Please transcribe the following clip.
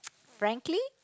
frankly